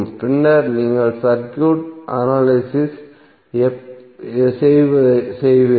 பின்னர் நீங்கள் circuit analyse செய்வீர்கள்